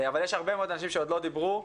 אבל יש הרבה מאוד אנשים שעוד לא דיברו.